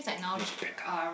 Rebecca